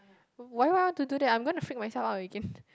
why would I want to do that I'm gonna freak myself out again